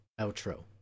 outro